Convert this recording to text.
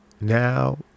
Now